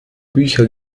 bücher